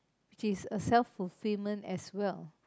which is a self fulfilment as well